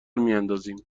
میاندازیم